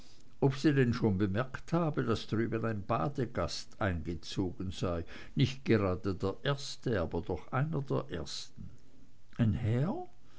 ob sie schon bemerkt habe daß drüben ein badegast eingezogen sei nicht gerade der erste aber doch einer der ersten ein herr